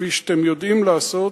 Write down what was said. כפי שאתם יודעים לעשות